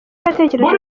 yatekereje